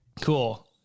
cool